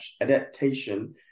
adaptation